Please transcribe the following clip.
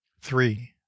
three